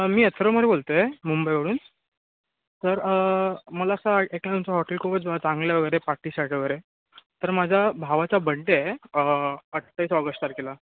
मी बोलतो आहे मुंबईवरून तर मला असा एकांचा हॉटेल खूपच चांगल्या वगैरे पार्टीसारखं वगैरे तर माझा भावाचा बड्डे आहे अठ्ठावीस ऑगस्ट तारखेला